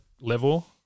level